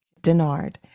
Denard